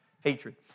Hatred